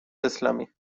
اسلامی